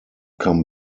come